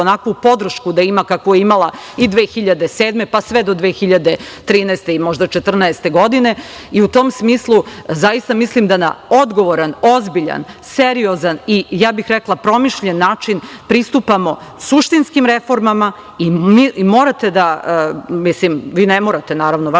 onakvu podršku da ima kakvu je imala i 2007. pa sve do 2013. i možda 2014. godine.U to smislu, zaista mislim da na odgovoran, ozbiljan, seriozan i, ja bih rekla, promišljen način pristupamo suštinskim reformama. Vaša je obaveza da govorite u odnosu na